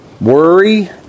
worry